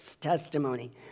testimony